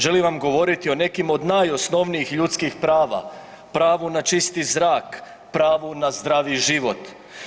Želim vam govoriti o nekima od najosnovnijih ljudskih prava, pravu na čisti zrak, pravu na zdravi život.